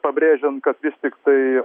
pabrėžiant kad vis tiktai